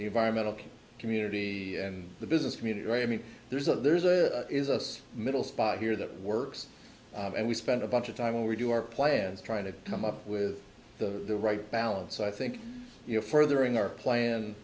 environmental community and the business community right i mean there's a there's a is us middle spot here that works and we spend a bunch of time when we do our plans trying to come up with the right balance so i think you know furthering our plan